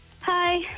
Hi